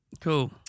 Cool